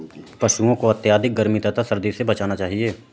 पशूओं को अत्यधिक गर्मी तथा सर्दी से बचाना चाहिए